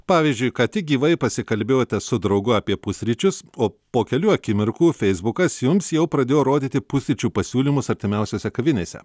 pavyzdžiui ką tik gyvai pasikalbėjote su draugu apie pusryčius o po kelių akimirkų feisbukas jums jau pradėjo rodyti pusryčių pasiūlymus artimiausiose kavinėse